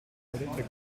avoided